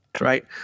Right